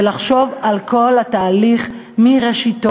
ולחשוב על כל התהליך מראשיתו,